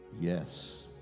Yes